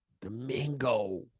Domingo